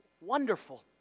Wonderful